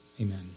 amen